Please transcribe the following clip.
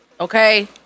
okay